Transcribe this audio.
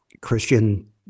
Christian